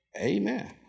Amen